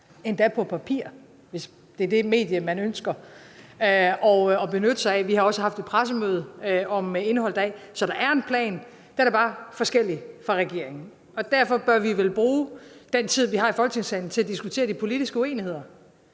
det på papir, hvis det er det medie, man ønsker at benytte sig af. Vi har også haft et pressemøde om indholdet. Så der er en plan, den er bare forskellig fra regeringens. Derfor bør vi vel bruge den tid, vi har i Folketingssalen, til at diskutere de politiske uenigheder.